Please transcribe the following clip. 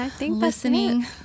listening